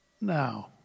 now